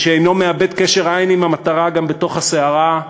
מי שאינו מאבד קשר עין עם המטרה גם בתוך הסערה,